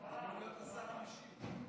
הוא אמור להיות השר המשיב.